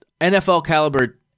NFL-caliber